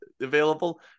available